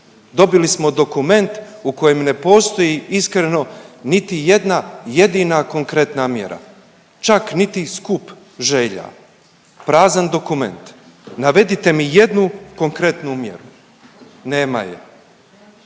Dobili smo dokument u kojem ne postoji iskreno niti jedna jedina konkretna mjera, čak niti skup želja. Prazan dokument. Navedite mi jednu konkretnu mjeru. Nema je.